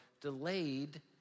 delayed